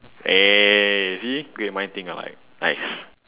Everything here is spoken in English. eh see great mind think alike nice